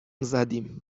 زدیم